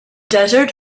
desert